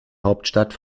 hauptstadt